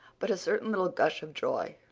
but a certain little gush of joy,